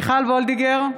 וולדיגר,